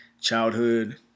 childhood